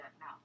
now